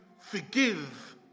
forgive